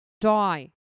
Die